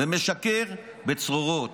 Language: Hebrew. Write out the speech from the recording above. ומשקר בצרורות.